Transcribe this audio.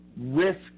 risk